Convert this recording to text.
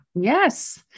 Yes